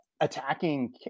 attacking